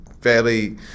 fairly